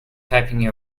typing